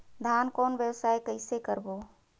धान कौन व्यवसाय कइसे करबो?